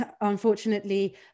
Unfortunately